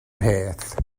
peth